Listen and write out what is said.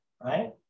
right